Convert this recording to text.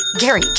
gary